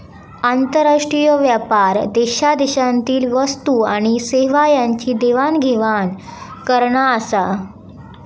आंतरराष्ट्रीय व्यापार देशादेशातील वस्तू आणि सेवा यांची देवाण घेवाण करना आसा